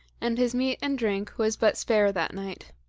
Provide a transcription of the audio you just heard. and his meat and drink was but spare that night.